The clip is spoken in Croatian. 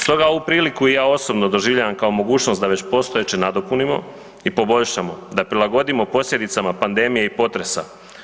Stoga ovu priliku i ja osobno doživljavam kao mogućnost da već postojeće nadopunimo i poboljšamo, da prilagodimo posljedicama pandemije i potresa.